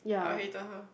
I hated her